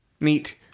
Neat